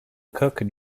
cook